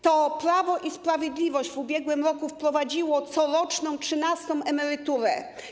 To Prawo i Sprawiedliwość w ubiegłym roku wprowadziło coroczną trzynastą emeryturę.